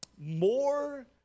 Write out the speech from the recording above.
more